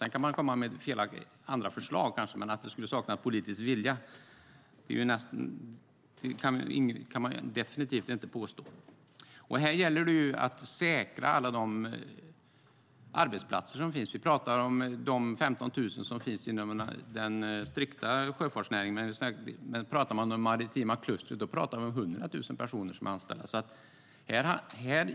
Sedan kan man kanske komma med andra förslag, men att det skulle saknas politisk vilja kan man definitivt inte påstå. Här gäller det ju att säkra alla de arbetsplatser som finns. Vi pratar om de 15 000 som finns inom den strikta sjöfartsnäringen. I det maritima klustret pratar man om 100 000 personer som är anställda.